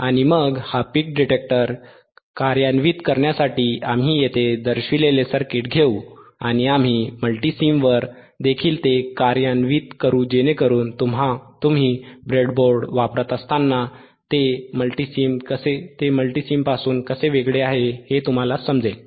आणि मग हा पीक डिटेक्टर कार्यान्वित करण्यासाठी आम्ही येथे दर्शविलेले सर्किट घेऊ आणि आम्ही मल्टीसिमवर देखील ते कार्यान्वित करू जेणेकरून तुम्ही ब्रेडबोर्ड वापरत असताना ते मल्टीसिम कसे वेगळे आहे हे तुम्हाला समजेल